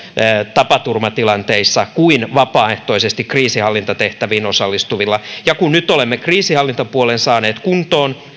tapaturmatilanteissa kuin vapaaehtoisesti kriisinhallintatehtäviin osallistuvilla ja kun nyt olemme kriisinhallintapuolen saaneet kuntoon